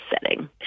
setting